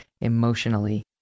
emotionally